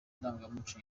ndangamuco